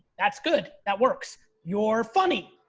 that's good, that works. your funny,